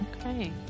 Okay